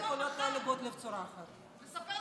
להגיד, תודה.